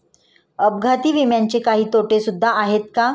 अपघाती विम्याचे काही तोटे सुद्धा आहेत का?